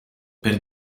per